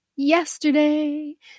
Yesterday